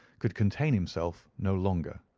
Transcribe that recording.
could contain himself no longer.